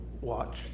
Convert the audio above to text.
watch